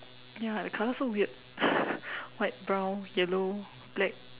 ya the color so weird white brown yellow black